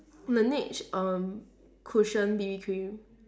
laneige err cushion B_B cream